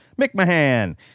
McMahon